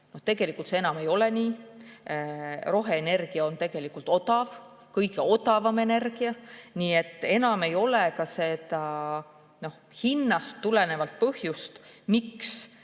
peale maksta, see enam ei ole nii. Roheenergia on tegelikult odav, kõige odavam energia. Nii et enam ei ole ka seda hinnast tulenevat põhjust, miks